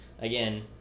again